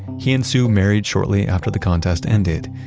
he and sue married shortly after the contest ended.